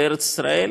לארץ ישראל,